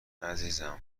عزیزم